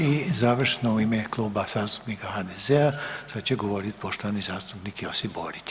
I završno u ime Kluba zastupnika HDZ-a sad će govoriti poštovani zastupnik Josip Borić.